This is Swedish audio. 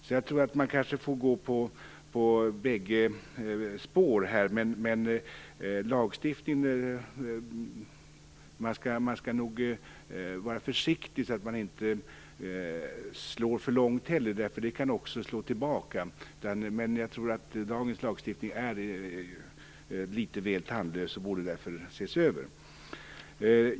Jag tror alltså att man kanske får gå fram längs båda dessa spår. När det gäller lagstiftning skall man nog vara försiktig så att man inte slår för långt, för det kan också slå tillbaka. Men jag tror att dagens lagstiftning är litet väl tandlös och därför borde ses över.